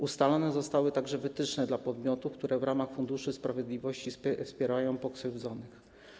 Ustalone zostały także wytyczne dla podmiotów, które w ramach Funduszu Sprawiedliwości wspierają pokrzywdzonych.